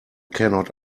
cannot